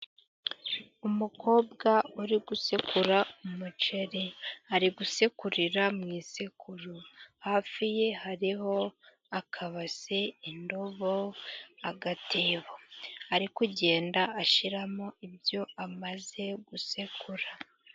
Umukobwa uri gusekura umuceri ari gusekurira mu isekuru, hafi ye hariho akabase, indobo, agatebo ari kugenda ashyiramo ibyo amaze gusekura.